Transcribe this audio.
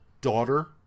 daughter